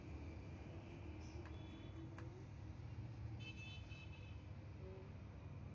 ᱟᱨ ᱟᱡ ᱦᱚᱸ ᱪᱮᱫ ᱠᱚ ᱵᱚᱸᱜᱟᱭᱟᱭ ᱟᱨ ᱡᱷᱚᱛᱚ